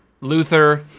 Luther